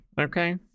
Okay